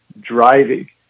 driving